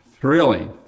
thrilling